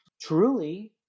Truly